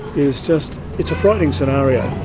it's just. it's a frightening scenario.